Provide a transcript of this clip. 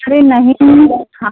अरे नहीं हाँ